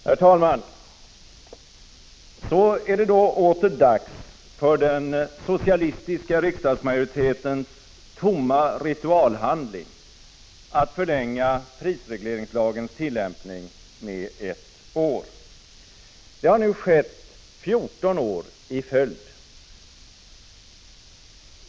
Herr talman! Så är det då åter dags för den socialistiska riksdagsmajoritetens tomma ritualhandling att förlänga prisregleringslagens tillämpning med ett år. Det har nu skett 14 år i följd.